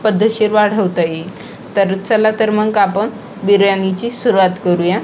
पद्धतशीर वाढवता येईल तर चला तर मग आपण बिर्याणीची सुरुवात करूया